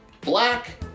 black